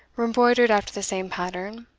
were embroidered after the same pattern,